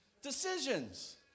Decisions